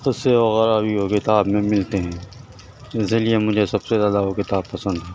قصے وغیرہ بھی وہ کتاب میں ملتے ہیں اس لیے مجھے سب سے زیادہ وہ کتاب پسند ہے